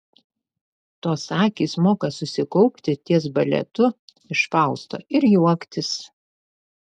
tos akys moka susikaupti ties baletu iš fausto ir juoktis